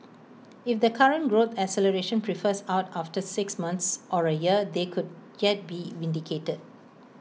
if the current growth acceleration prefers out after six months or A year they could yet be vindicated